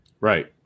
Right